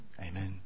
Amen